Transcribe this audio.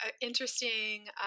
interesting